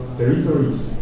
territories